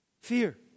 Fear